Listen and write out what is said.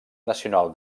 nacional